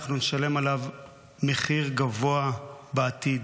אנחנו נשלם עליו מחיר גבוה בעתיד.